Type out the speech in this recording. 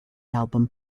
album